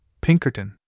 Pinkerton